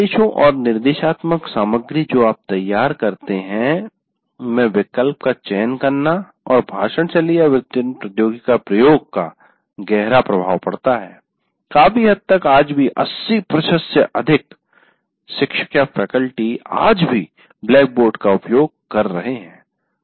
निर्देशों और निर्देशात्मक सामग्री जो आप तैयार करते है में विकल्प का चयन करना और भाषणशैली वितरण प्रोद्योगिकी का प्रयोग का गहरा प्रभाव पड़ता है काफी हद तक आज भी 80 प्रतिशत से अधिक शिक्षकफैकल्टी आज भी ब्लैकबोर्ड का उपयोग कर रहे हैं